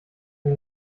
dem